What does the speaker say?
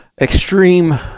extreme